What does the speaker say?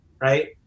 right